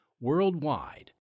worldwide